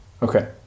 Okay